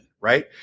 right